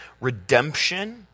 redemption